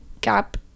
gap